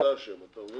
עכשיו אתה אשם, אתה מבין?